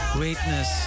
Greatness